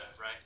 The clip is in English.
right